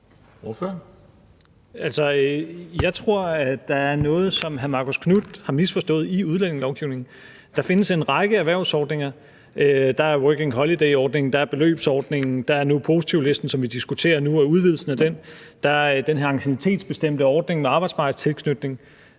Jeg tror, der er noget, som hr. Marcus Knuth har misforstået i udlændingelovgivningen. Der findes en række erhvervsordninger; der er Working Holiday-ordningen, der er beløbsordningen, der er positivlisten og udvidelsen af den, som vi diskuterer nu, og der er den her anciennitetsbestemte ordning med arbejdsmarkedstilknytning,